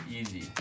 easy